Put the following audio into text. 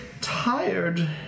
Tired